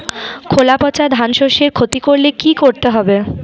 খোলা পচা ধানশস্যের ক্ষতি করলে কি করতে হবে?